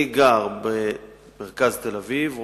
אני גר במרכז תל-אביב,